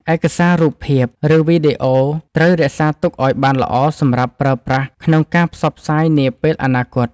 ឯកសាររូបភាព ឬ វីដេអូត្រូវរក្សាទុកឱ្យបានល្អសម្រាប់ប្រើប្រាស់ក្នុងការផ្សព្វផ្សាយនាពេលអនាគត។